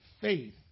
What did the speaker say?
faith